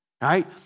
right